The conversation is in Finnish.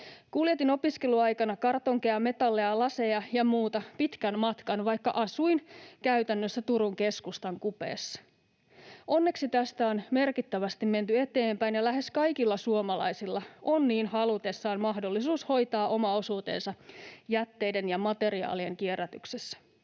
Kuljetin opiskeluaikana kartonkeja, metalleja, laseja ja muuta pitkän matkan, vaikka asuin käytännössä Turun keskustan kupeessa. Onneksi tästä on merkittävästi menty eteenpäin ja lähes kaikilla suomalaisilla on niin halutessaan mahdollisuus hoitaa oma osuutensa jätteiden ja materiaalien kierrätyksessä.